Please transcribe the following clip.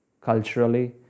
culturally